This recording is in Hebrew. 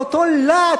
באותו להט,